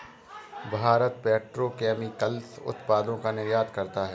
Bharat petrochemicals उत्पादों का निर्यात करता है